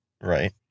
right